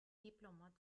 diplomat